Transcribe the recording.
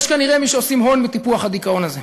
יש כנראה מי שעושים הון מטיפוח הדיכאון הזה.